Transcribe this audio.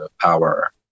power